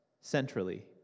centrally